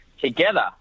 together